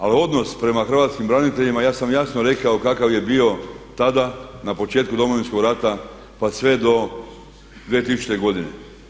Ali odnos prema hrvatskim braniteljima, ja sam jasno rekao kakav je bio tada na početku domovinskog rata pa sve do 2000. godine.